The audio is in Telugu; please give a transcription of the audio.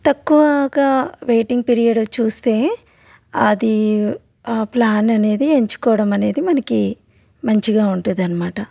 తక్కువగా వెయిటింగ్ పీరియడ్ చూస్తే అది ప్లాన్ అనేది ఎంచుకోవడం అనేది మనకి మంచిగా ఉంటుంది అన్నమాట